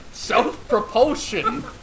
Self-propulsion